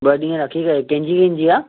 ॿ ॾींहं रखी करे कंहिंजी कंहिंजी आहे